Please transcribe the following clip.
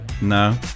No